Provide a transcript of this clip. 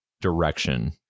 direction